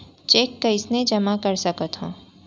Cheque कईसने जेमा कर सकथो?